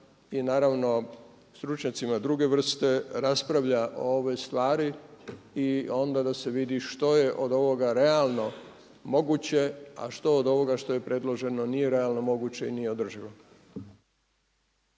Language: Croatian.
i naravno stručnjacima druge vrste raspravlja o ovoj stvari i onda da se vidi što je od ovoga realno moguće a što od ovoga što je predloženo nije realno moguće i nije održivo.